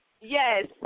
Yes